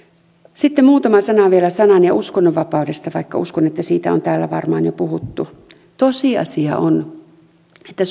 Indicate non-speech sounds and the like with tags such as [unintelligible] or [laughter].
sitten muutama sana vielä sanan ja uskonnonvapaudesta vaikka uskon että siitä on täällä varmaan jo puhuttu tosiasia on että [unintelligible]